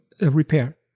repair